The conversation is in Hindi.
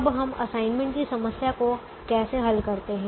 अब हम असाइनमेंट की समस्या को कैसे हल करते हैं